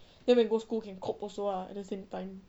then we go school can cope also lah at the same time